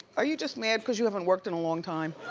are you just mad cause you haven't worked in a long time?